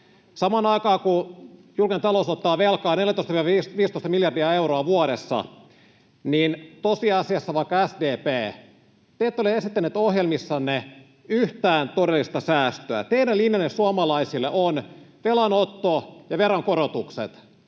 Samaan aikaan, kun julkinen talous ottaa velkaa 14—15 miljardia euroa vuodessa, tosiasiassa vaikka te, SDP, ette ole esittäneet ohjelmissanne yhtään todellista säästöä. Teidän linjanne suomalaisille on velanotto ja veronkorotukset,